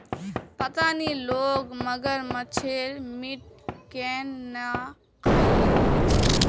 पता नी लोग मगरमच्छेर मीट केन न खइ ली छेक